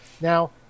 Now